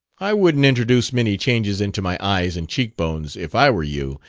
i wouldn't introduce many changes into my eyes and cheekbones, if i were you,